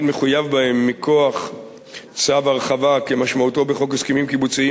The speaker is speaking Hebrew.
מחויב בהם מכוח צו הרחבה כמשמעותו בחוק הסכמים קיבוציים,